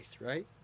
right